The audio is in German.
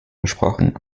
besprochen